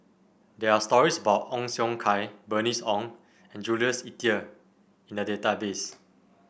there are stories about Ong Siong Kai Bernice Ong and Jules Itier in the database